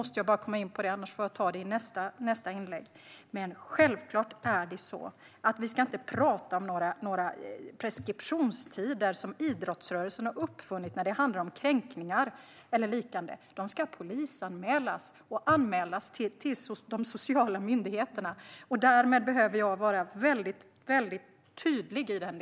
Sedan vill jag bara säga: Självklart ska vi inte prata om några preskriptionstider som idrottsrörelsen har uppfunnit när det handlar om kränkningar eller liknande. De ska polisanmälas och anmälas till de sociala myndigheterna. Detta vill jag vara väldigt tydlig med.